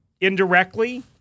indirectly